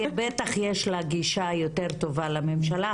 בטח יש לה גישה יותר טובה לממשלה,